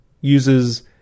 uses